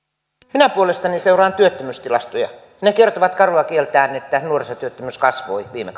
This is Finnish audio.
minä puolestani seuraan työttömyystilastoja ne kertovat karua kieltään että nuorisotyöttömyys kasvoi viime